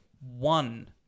one